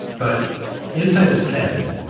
but inside his head,